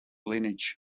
lineage